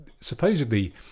supposedly